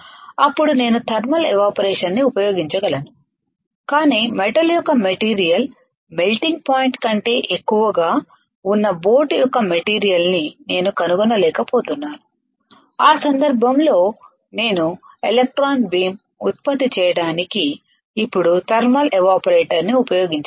అప్పుడు నేను thermal evaporation ని ఉపయోగించగలను కాని మెటల్ యొక్క మెటీరియల్ మెల్టింగ్ పాయింట్కంటే ఎక్కువగా ఉన్న బోట్ యొక్క మెటీరియల్ ని నేను కనుగొనలేకపోతున్నాను ఆ సందర్భంలో నేను ఎలక్ట్రాన్ బీమ్ ఉత్పత్తి చేయడానికి ఇప్పుడు థర్మల్ ఎవాపరేటర్ ను ఉపయోగించలేను